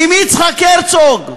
אם יצחק הרצוג,